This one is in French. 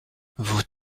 vos